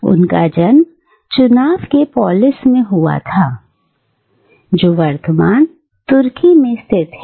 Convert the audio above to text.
उनका जन्म चुनाव के पोलीस में हुआ था जो वर्तमान तुर्की में स्थित है